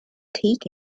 take